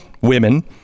women